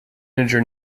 integer